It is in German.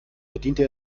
bediente